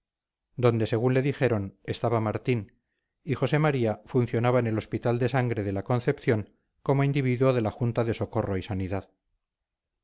donde según le dijeron estaba martín y josé maría funcionaba en el hospital de sangre de la concepción como individuo de la junta de socorro y sanidad